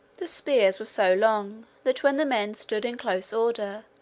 the spears were so long that when the men stood in close order,